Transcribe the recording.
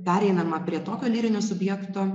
pereinama prie tokio lyrinio subjekto